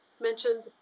mentioned